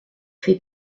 fait